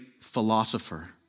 philosopher